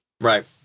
Right